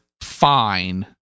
Fine